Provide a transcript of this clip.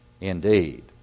Indeed